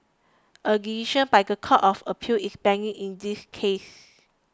a decision by the Court of Appeal is pending in this case